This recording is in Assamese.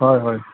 হয় হয়